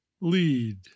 lead